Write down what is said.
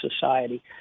society